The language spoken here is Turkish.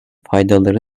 faydaları